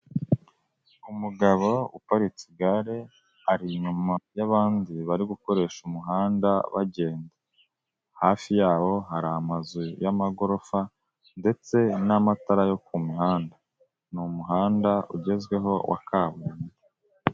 Umugabo uparitse igare ari inyuma y'abandi bari gukoresha umuhanda bagenda, hafi yaho hari amazu y'amagorofa ndetse n'amatara yo ku mihanda n'umuhanda ugezweho wa kaburimbo.